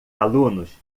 alunos